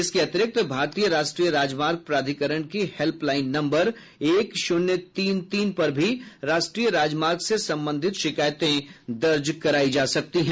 इसके अतिरिक्त भारतीय राष्ट्रीय राजमार्ग प्राधिकरण की हेल्पलाइन नम्बर एक शून्य तीन तीन पर भी राष्ट्रीय राजमार्ग से संबंधित शिकायतें दर्ज कराई जा सकती हैं